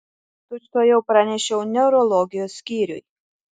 tučtuojau pranešiau neurologijos skyriui